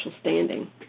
standing